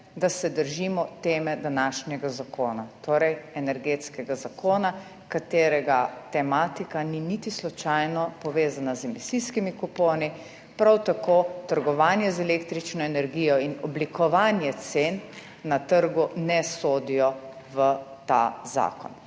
da se držimo teme današnjega zakona, torej energetskega zakona, katerega tematika ni niti slučajno povezana z emisijskimi kuponi, prav tako s trgovanje z električno energijo in oblikovanje cen na trgu ne sodijo v ta zakon.